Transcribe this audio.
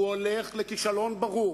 הוא הולך לכישלון ברור.